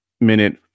minute